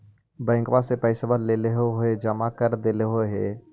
बैंकवा से पैसवा लेलहो है जमा कर देलहो हे?